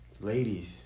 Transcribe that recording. ladies